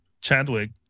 Chadwick